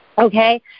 okay